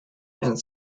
and